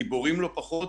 גיבורים לא פחות,